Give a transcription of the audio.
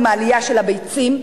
עם העלייה של מחיר הביצים,